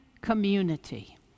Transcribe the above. community